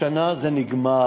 השנה זה נגמר.